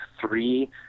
three